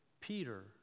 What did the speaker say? peter